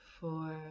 four